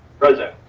present.